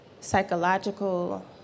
psychological